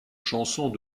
chansons